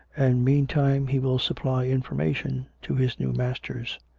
and, meantime, he will supply information to his new masters.